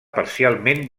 parcialment